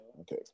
Okay